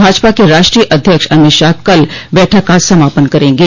भाजपा के राष्ट्रीय अध्यक्ष अमित शाह कल बैठक का समापन करेंगे